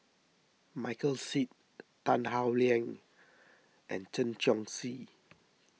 Michael Seet Tan Howe Liang and Chen Chong Swee